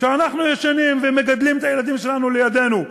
כשאנחנו ישנים ומגדלים את הילדים שלנו לידנו.